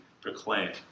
proclaim